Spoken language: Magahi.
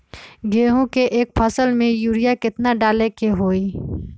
गेंहू के एक फसल में यूरिया केतना डाले के होई?